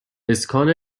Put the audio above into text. اسکان